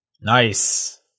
Nice